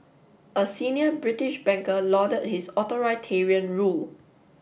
a senior British banker lauded his authoritarian rule